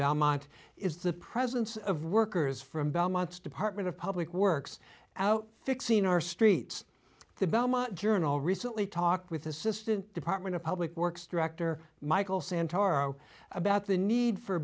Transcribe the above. belmont is the presence of workers from belmont's department of public works out fixing our streets the belmont journal recently talked with assistant department of public works director michael santoro about the need for